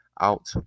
out